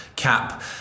Cap